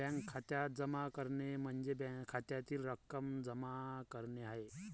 bank खात्यात जमा करणे म्हणजे खात्यातील रक्कम जमा करणे आहे